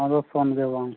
ᱱᱚᱣᱟ ᱫᱚ ᱥᱚᱱ ᱜᱮᱵᱟᱝ